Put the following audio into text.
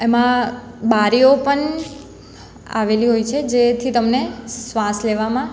એમાં બારીઓ પણ આવેલી હોય છે જેથી તમને શ્વાસ લેવામાં